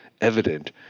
evident